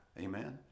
Amen